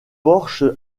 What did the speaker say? porche